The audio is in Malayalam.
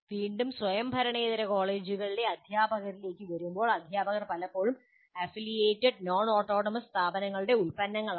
വീണ്ടും സ്വയംഭരണേതര കോളേജുകളിലെ അധ്യാപകരിലേക്ക് വരുമ്പോൾ അധ്യാപകർ പലപ്പോഴും അഫിലിയേറ്റഡ് നോൺ ഓട്ടോണമസ് സ്ഥാപനങ്ങളുടെ ഉൽപ്പന്നങ്ങളാണ്